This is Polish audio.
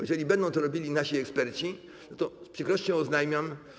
Jeżeli będą to robili nasi eksperci, to z przykrością oznajmiam.